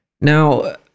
Now